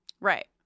right